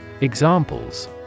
Examples